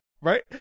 Right